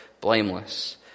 blameless